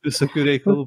visokių reikalų